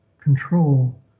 control